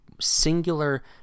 singular